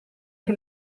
che